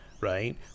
right